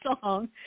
song